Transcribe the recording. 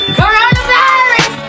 coronavirus